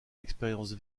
expérience